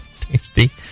Tasty